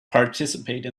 participate